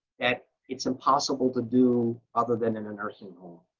that it's impossible to do, other than in a nursing home.